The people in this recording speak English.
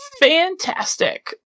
Fantastic